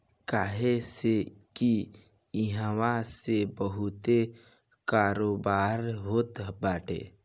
काहे से की इहा से बहुते कारोबार होत बाटे